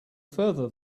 further